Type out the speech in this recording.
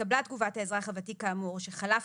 התקבלה תגובת האזרח הוותיק כאמור שחלף